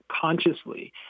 consciously